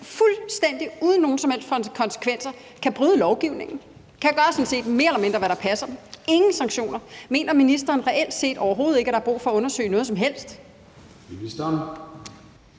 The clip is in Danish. fuldstændig! – uden nogen som helst konsekvenser kan bryde lovgivningen, kan gøre mere eller mindre, hvad der passer dem. Der er ingen sanktioner. Mener ministeren reelt set overhovedet ikke, at der er brug for at undersøge noget som helst? Kl.